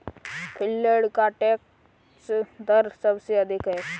Finland का tax दर सबसे अधिक है